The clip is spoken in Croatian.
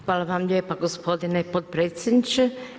Hvala vam lijepa gospodine potpredsjedniče.